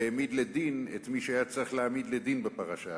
והעמיד לדין את מי שהיה צריך להעמיד לדין בפרשה הזאת.